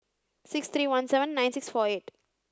six three one seven nine six four eight